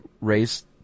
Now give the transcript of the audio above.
raised